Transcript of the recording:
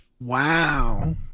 Wow